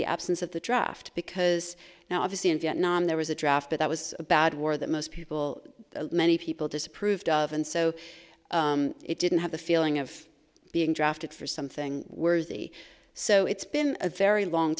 the absence of the draft because now obviously in vietnam there was a draft but that was a bad war that most people many people disapproved of and so it didn't have the feeling of being drafted for something worthy so it's been a very long